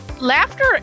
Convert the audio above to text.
laughter